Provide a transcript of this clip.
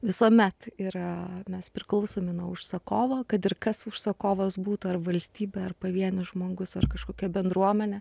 visuomet yra mes priklausomi nuo užsakovo kad ir kas užsakovas būtų ar valstybė ar pavienis žmogus ar kažkokia bendruomenė